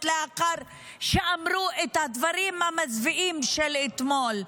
לאחר שאמרו את הדברים המזוויעים של אתמול.